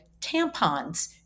tampons